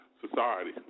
society